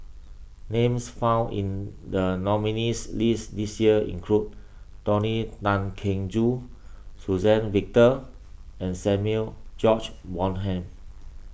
names found in the nominees' list this year include Tony Tan Keng Joo Suzann Victor and Samuel George Bonham